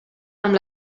amb